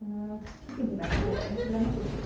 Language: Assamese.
অঁ কি পিন্ধিবা চাদৰ মেখেলা নে কুৰ্টি